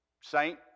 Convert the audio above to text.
saint